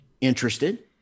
interested